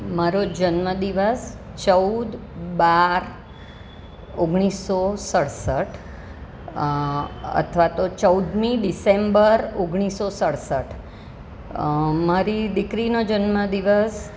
મારો જન્મદિવસ ચૌદ બાર ઓગણીસસો સડસઠ અથવા તો ચૌદમી ડિસેમ્બર ઓગણીસસો સડસઠ મારી દીકરીનો જન્મ દિવસ